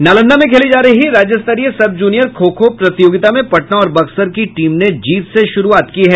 नालंदा में खेली जा रही राज्य स्तरीय सब जूनियर खो खो प्रतियोगिता में पटना और बक्सर की टीम ने जीत से शुरूआत की है